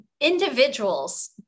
individuals